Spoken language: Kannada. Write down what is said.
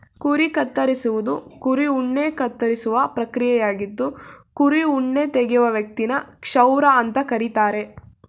ಕುರಿ ಕತ್ತರಿಸುವುದು ಕುರಿ ಉಣ್ಣೆ ಕತ್ತರಿಸುವ ಪ್ರಕ್ರಿಯೆಯಾಗಿದ್ದು ಕುರಿ ಉಣ್ಣೆ ತೆಗೆಯುವ ವ್ಯಕ್ತಿನ ಕ್ಷೌರ ಅಂತ ಕರೀತಾರೆ